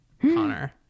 Connor